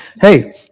Hey